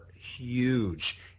huge